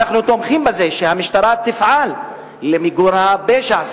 אנחנו תומכים בזה שהמשטרה תפעל למיגור הפשע,